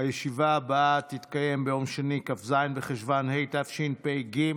הישיבה הבאה תתקיים ביום שני, כ"ז בחשוון התשפ"ג,